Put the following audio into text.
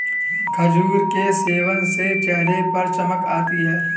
खजूर के सेवन से चेहरे पर चमक आती है